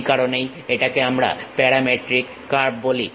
সেই কারণেই এটাকে আমরা প্যারামেট্রিক কার্ভ হিসাবে বলি